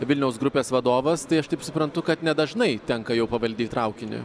vilniaus grupės vadovas tai aš taip suprantu kad nedažnai tenka jau pavaldyt traukinį